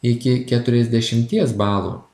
iki keturiasdešimties balų